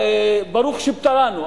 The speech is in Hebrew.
"ברוך שפטרנו",